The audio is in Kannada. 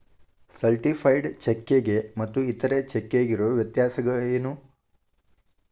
ಸರ್ಟಿಫೈಡ್ ಚೆಕ್ಕಿಗೆ ಮತ್ತ್ ಇತರೆ ಚೆಕ್ಕಿಗಿರೊ ವ್ಯತ್ಯಸೇನು?